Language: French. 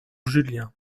julien